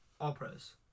All-Pros